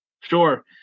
Sure